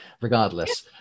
regardless